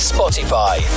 Spotify